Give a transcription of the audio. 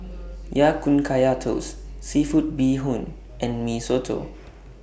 Ya Kun Kaya Toast Seafood Bee Hoon and Mee Soto